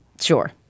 Sure